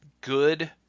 good